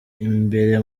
imbere